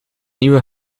nieuwe